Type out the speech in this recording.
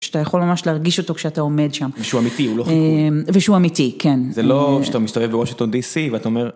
‫שאתה יכול ממש להרגיש אותו ‫כשאתה עומד שם. ‫ושהוא אמיתי, הוא לא חיקוי. ‫-ושהוא אמיתי, כן. ‫זה לא שאתה מסתובב בוושינגטון די-סי, ‫ואתה אומר...